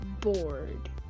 bored